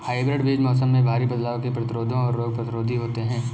hybrid बीज मौसम में भारी बदलाव के प्रतिरोधी और रोग प्रतिरोधी होते हैं